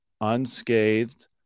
Unscathed